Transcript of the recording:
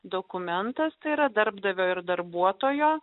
dokumentas yra darbdavio ir darbuotojo